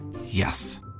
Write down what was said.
Yes